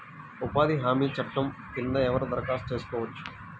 ఉపాధి హామీ చట్టం కింద ఎవరు దరఖాస్తు చేసుకోవచ్చు?